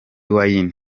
wine